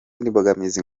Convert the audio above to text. mbogamizi